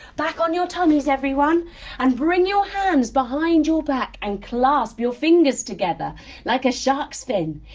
back on your tummies everyone and bring your hands behind your back and clasp your fingers together like a sharks fin.